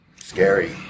Scary